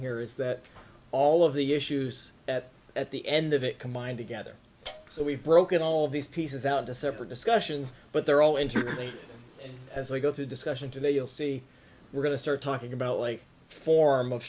here is that all of the issues that at the end of it combined together so we've broken all these pieces out to separate discussions but they're all internally as i go through discussion today you'll see we're going to start talking about like form of